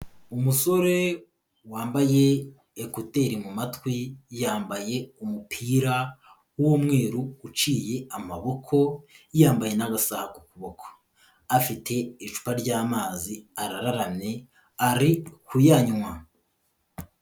Umusore wambaye ekuteri mu matwi, yambaye umupira w'umweru uciye amaboko, yambaye n'agasaha ku kuboko. Afite icupa ry'amazi arararamye ari kuyanywa.